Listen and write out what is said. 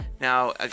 Now